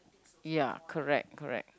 ya correct correct